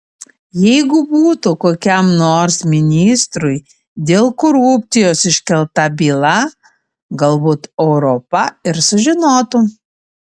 jeigu būtų kokiam nors ministrui dėl korupcijos iškelta byla galbūt europa ir sužinotų